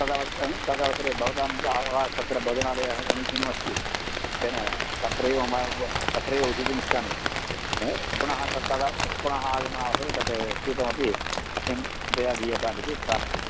तदवसरे तदवसरे भवताम् आवासः तत्र भोजनालयः समीचीनमस्ति तेन तत्रैव मम तत्रैव उषितुमिच्छामि पुनः तत् तदा पुनः आगमनावसरे तत् स्यूतमपि मह्यं कृपया दीयतामिति प्रार्थी